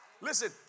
Listen